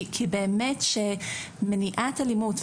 כי באמת שמניעת אלימות,